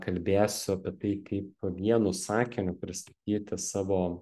kalbėsiu apie tai kaip vienu sakiniu pristatyti savo